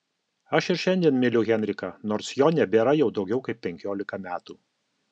aš ir šiandien myliu henriką nors jo nebėra jau daugiau kaip penkiolika metų